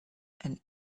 and